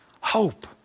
Hope